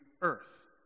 earth